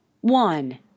one